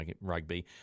rugby